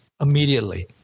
immediately